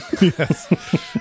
yes